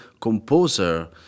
composer